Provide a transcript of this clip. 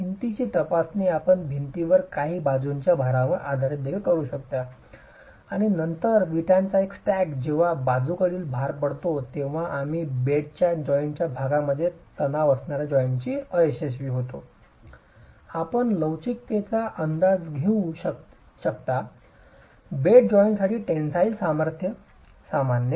भिंतीची तपासणी आपण भिंतीवर काही बाजूंच्या भारांवर आधारित देखील करू शकता आणि नंतर विटाचा एकच स्टॅक जेव्हा बाजूकडील भार पडतो तेव्हा आम्ही बेडच्या जॉइंट भागामध्ये तणाव असणारा जॉइंटचा अयशस्वी होतो आपण लवचिकतेचा अंदाज घेऊ शकता बेड जॉइंटसाठी टेन्सिल सामर्थ्य सामान्य